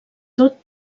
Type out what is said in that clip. tot